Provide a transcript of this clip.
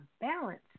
balance